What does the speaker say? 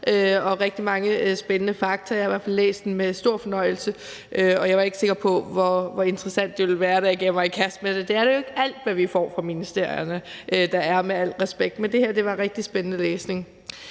og rigtig mange spændende fakta. Jeg har i hvert fald læst den med stor fornøjelse, og jeg var ikke sikker på, det ville være så interessant, da jeg gav mig i kast med den. Det er det jo ikke alt, hvad vi får fra ministerierne, der er, med al respekt, men det her var rigtig spændende læsning.